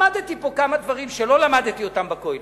למדתי פה כמה דברים שלא למדתי בכולל.